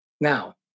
Now